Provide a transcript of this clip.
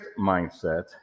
mindset